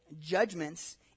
judgments